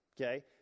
okay